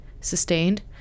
sustained